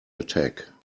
attack